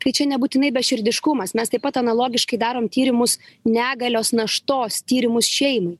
tai čia nebūtinai beširdiškumas mes taip pat analogiškai darome tyrimus negalios naštos tyrimus šeimai